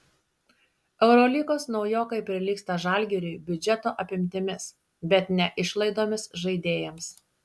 eurolygos naujokai prilygsta žalgiriui biudžeto apimtimis bet ne išlaidomis žaidėjams